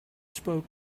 spoke